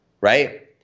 right